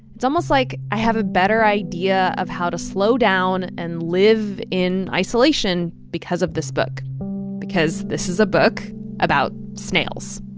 it's almost like i have a better idea of how to slow down and live in isolation because of this book because this is a book about snails.